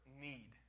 need